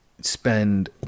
spend